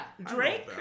Drake